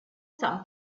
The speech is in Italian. san